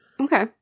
Okay